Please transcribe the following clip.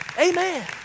Amen